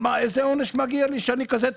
איזה עונש מגיע לי שאני כזה טמבל?